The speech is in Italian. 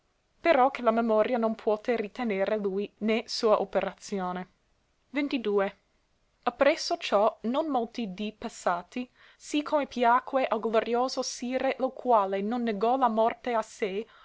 però che la memoria non puote ritenere lui né sua operazione ppresso ciò non molti dì passati sì come piacque al glorioso sire lo quale non negòe la morte a sé